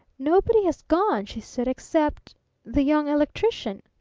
nobody has gone, she said, except the young electrician.